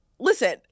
Listen